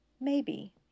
Maybe